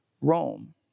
Rome